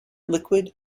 liquid